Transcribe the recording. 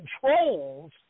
controls